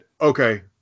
Okay